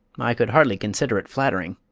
i could hardly consider it flattering.